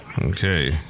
Okay